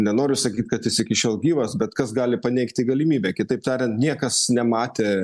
nenoriu sakyt kad jis iki šiol gyvas bet kas gali paneigti galimybę kitaip tariant niekas nematė